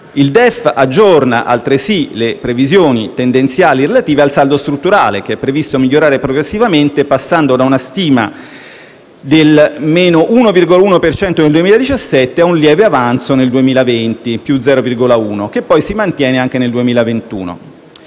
Il DEF aggiorna altresì le previsioni tendenziali relative ai saldo strutturale, che è previsto migliorare progressivamente passando da una stima del meno 1,1 per cento nel 2017 a un lieve avanzo nel 2020 (più 0,1), che si mantiene anche nel 2021.